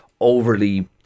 overly